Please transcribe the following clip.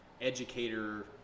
educator